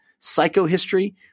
psychohistory